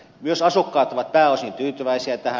myös asukkaat ovat pääosin tyytyväisiä tähän